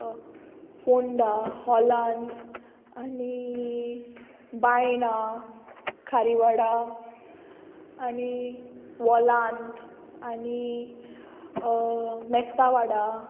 फोंडा हॉलांद आनी बायणां खारीवाडा आनी वॉलांत आनी मेस्ता वाडा